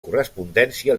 correspondència